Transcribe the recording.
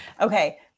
Okay